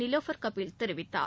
நிலோஃபர் கபில் தெரிவித்துள்ளார்